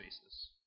spaces